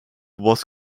was